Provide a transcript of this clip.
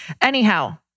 Anyhow